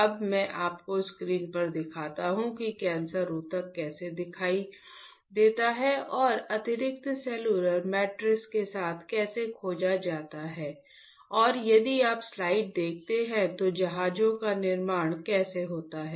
अब मैं आपको स्क्रीन पर दिखाता हूं कि कैंसर ऊतक कैसा दिखता है और अतिरिक्त सेलुलर मैट्रिक्स के साथ कैसे खोजा जाता है और यदि आप स्लाइड देखते हैं तो जहाजों का निर्माण कैसे होता है